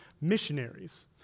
missionaries